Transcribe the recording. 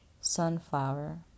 Sunflower